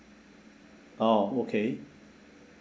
oh okay